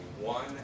one